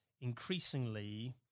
increasingly